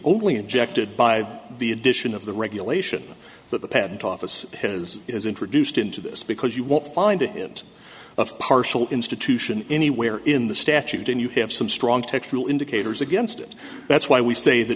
only injected by the addition of the regulation that the patent office has is introduced into this because you won't find a hint of partial institution anywhere in the statute and you have some strong textual indicators against it that's why we say that